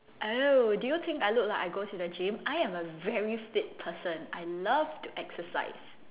oh do you think I look like I go to the gym I am a very fit person I love to exercise